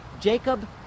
Jacob